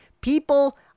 People